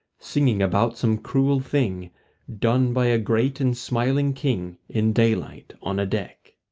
singing about some cruel thing done by a great and smiling king in daylight on a deck.